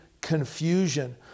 confusion